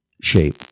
shape